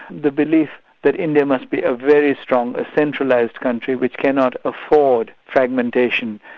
the belief that india must be a very strong, a centralised country which cannot afford fragmentation,